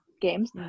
games